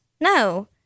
No